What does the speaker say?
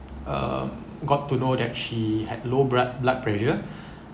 uh got to know that she had low blood blood pressure